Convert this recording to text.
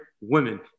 Women